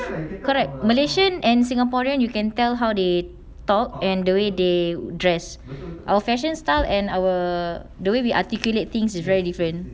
correct malaysian and singaporean you can tell how they talk and the way they dress our fashion style and our the way we articulate things is very different